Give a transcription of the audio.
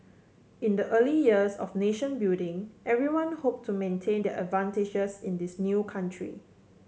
in the early years of nation building everyone hoped to maintain their advantages in this new country